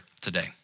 today